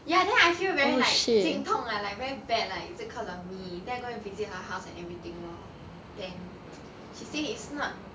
ya then I feel very like 心痛 ah like very bad like is it because of me then I go to visit her house and everything lor then she say it's not